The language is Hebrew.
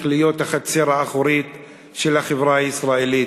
להיות החצר האחורית של החברה הישראלית,